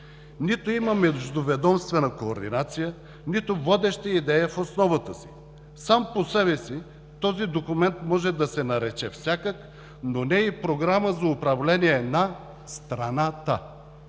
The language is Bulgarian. Нито има междуведомствена координация, нито водещи идеи в основата си. Сам по себе си този документ може да се нарече всякак, но не и „Програма за управление на страната“.